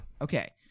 Okay